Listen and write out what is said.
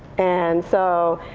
and so